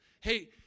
Hey